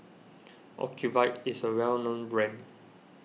Ocuvite is a well known brand